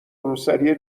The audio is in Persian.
روسری